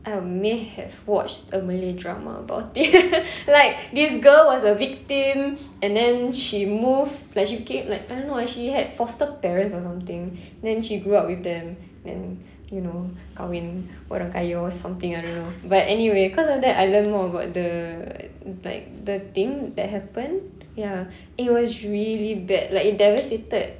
I may have watched a malay drama about it like this girl was a victim and then she moved like she became like I don't know ah she had foster parents or something then she grew up with them then you kahwin orang kaya or something I don't know but anyway cause of that I learnt more about the like the thing that happened ya it was really bad like it devastated